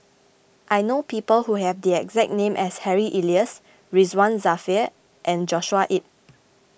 I know people who have the exact name as Harry Elias Ridzwan Dzafir and Joshua Ip